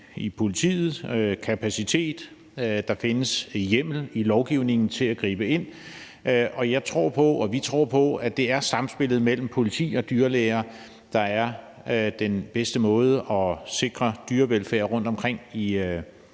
i politiet, og der findes hjemmel i lovgivningen til at gribe ind. Og jeg og Radikale tror på, at det er samspillet mellem politi og dyrlæger, der er den bedste måde at sikre dyrevelfærd rundtomkring i